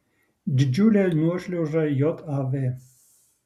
didžiulė nuošliauža jav